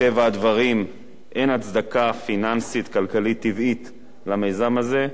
מטבע הדברים אין הצדקה פיננסית כלכלית טבעית למיזם הזה.